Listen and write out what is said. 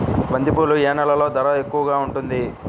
బంతిపూలు ఏ నెలలో ధర ఎక్కువగా ఉంటుంది?